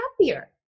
happier